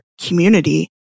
community